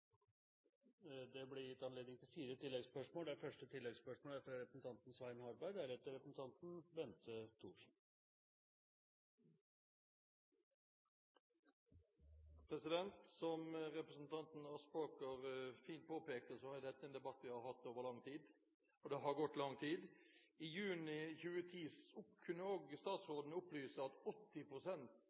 Det blir gitt anledning til fire oppfølgingsspørsmål – først Svein Harberg. Som representanten Aspaker fint påpekte, er dette en debatt vi har hatt over lang tid. I juni 2010 kunne statsråden opplyse om at ca. 80 pst. av lærekontraktene var i privat sektor og 20 pst. i offentlig sektor. Dette er en kjempestor ubalanse. Statsråden